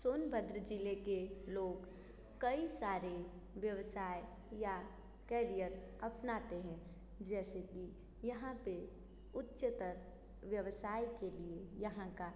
सोनभद्र ज़िले के लोग कई सारे व्यवसाय या करियर अपनाते हैं जैसे कि यहाँ पे उच्चतर व्यवसाय के लिए यहाँ का